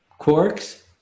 Quarks